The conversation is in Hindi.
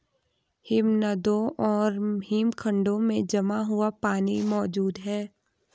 हिमनदों और हिमखंडों में जमा हुआ पानी मौजूद हैं